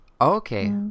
Okay